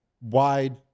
wide